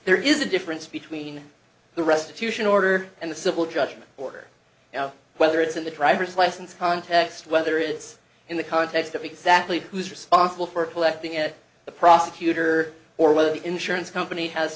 there is a difference between the restitution order and the civil judgment order now whether it's in the driver's license context whether it's in the context of exactly who's responsible for collecting it the prosecutor or whether the insurance company has